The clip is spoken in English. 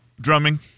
Drumming